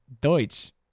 Deutsch